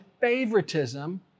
favoritism